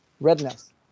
redness